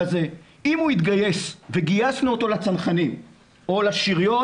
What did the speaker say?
אם הוא התגייס וגייסנו אותו לצנחנים או לשריון